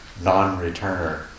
non-returner